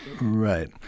Right